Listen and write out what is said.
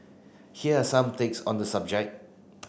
here are some takes on the subject